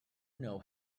know